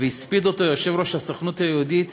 והספיד אותו יושב-ראש הסוכנות היהודית